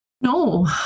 No